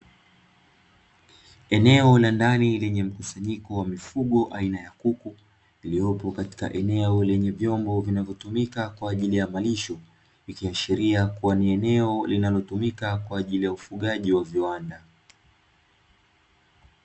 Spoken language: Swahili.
Eneo la ndani lenye mkusanyiko wa mifugo aina ya kuku, iliyopo katika eneo lenye vyombo vinavyotumika kwa ajili ya malisho likiashiria kuwa ni eneo linalotumika kwaajili ya ufugaji wa viwanda.